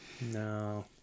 No